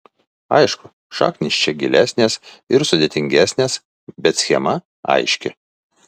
aišku šaknys čia gilesnės ir sudėtingesnės bet schema aiški